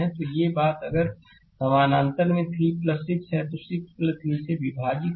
तो यह बात अगर समानांतर में 3 6 है तो 6 3 से विभाजित है